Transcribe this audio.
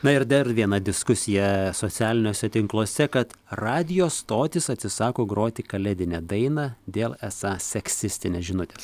na ir dar viena diskusija socialiniuose tinkluose kad radijo stotys atsisako groti kalėdinę dainą dėl esą seksistinės žinutės